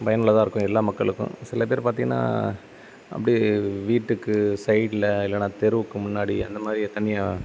பயனுள்ளதாக இருக்கும் எல்லா மக்களுக்கும் சில பேர் பார்த்தீங்கன்னா அப்படியே வீட்டுக்கு சைடில் இல்லைன்னா தெருவுக்கு முன்னாடி அந்தமாதிரி தனியாக